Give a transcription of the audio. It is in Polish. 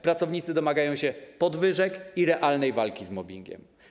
Pracownicy domagają się podwyżek i realnej walki z mobbingiem.